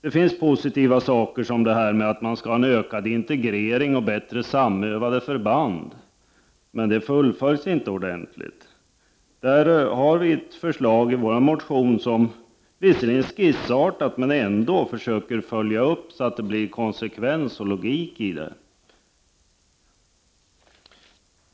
En av de positiva sakerna är att man skall ha ökad integrering och bättre samövade förband, men det fullföljs inte ordentligt. Vi har i vår motion ett förslag där vi, visserligen skissartat, försöker följa upp intentionen så att det blir konsekvens och logik i den.